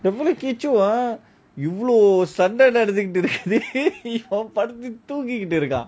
the fella Kichu இவ்ளோ சண்டை நடந்துட்டு இருக்கு இவன் படுத்துட்டு தூங்கிட்டு இருக்கான்:kichu ivlo sanda nadanthutu iruku ivan paduthutu thungitu irukan